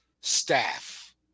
staff